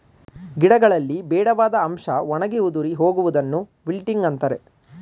ಗಿಡಗಳಲ್ಲಿ ಬೇಡವಾದ ಅಂಶ ಒಣಗಿ ಉದುರಿ ಹೋಗುವುದನ್ನು ವಿಲ್ಟಿಂಗ್ ಅಂತರೆ